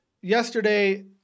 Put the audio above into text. yesterday